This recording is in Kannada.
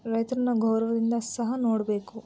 ರೈತರನ್ನ ಗೌರವದಿಂದ ಸಹ ನೋಡಬೇಕು